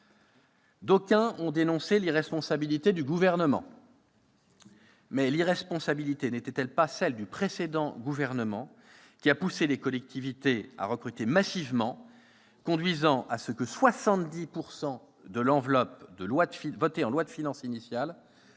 D'aucuns ont dénoncé l'irresponsabilité du Gouvernement. Toutefois, l'irresponsabilité n'était-elle pas du côté du précédent gouvernement, qui a poussé les collectivités à recruter massivement, conduisant à ce que 70 % de l'enveloppe votée en loi de finances initiale